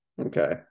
Okay